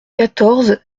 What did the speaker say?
quatorze